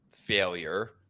failure